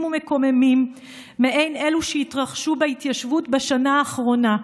ומקוממים מאלו שהתרחשו בהתיישבות בשנה האחרונה.